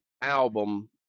album